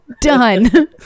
done